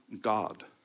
God